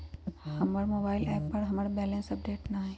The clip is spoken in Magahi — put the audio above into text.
हमर मोबाइल एप पर हमर बैलेंस अपडेट न हई